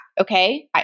Okay